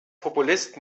populist